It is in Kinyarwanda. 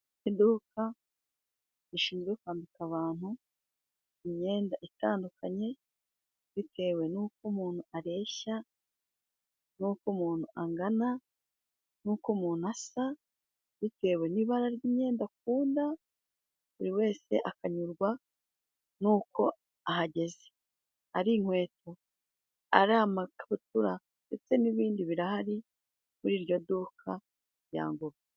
Iduka rishinzwe kwambika abantu imyenda itandukanye，bitewe n'uko umuntu areshya， n'uko umuntu angana， n'uko umuntu asa bitewe n'ibara ry'imyenda akunda， buri wese akanyurwa n'uko ahageze， ari inkweto，ari amakabutura ndetse n'ibindi birahari muri iryo duka rya Ngoga.